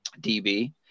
DB